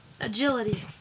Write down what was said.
agility